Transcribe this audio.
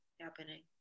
happening